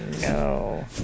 no